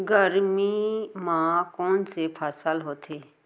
गरमी मा कोन से फसल होथे?